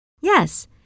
Yes